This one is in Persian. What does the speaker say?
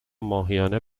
ماهیانه